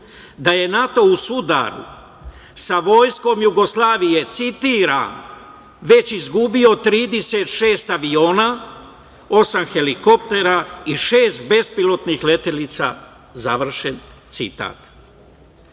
da je NATO u sudaru sa vojskom Jugoslavije, citiram – već izgubio 36 aviona, osam helikoptera i šest bezpilotnih letelica, završen citat. Zbog